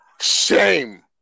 Shame